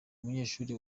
umunyeshuri